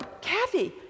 Kathy